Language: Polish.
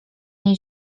niej